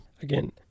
Again